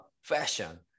fashion